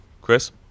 Chris